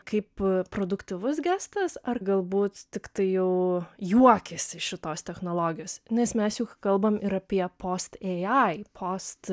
kaip produktyvus gestas ar galbūt tiktai jau juokiasi šitos technologijos nes mes juk kalbam ir apie post ei ai